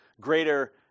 greater